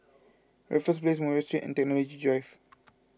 Raffles Place Murray Street and Technology Drive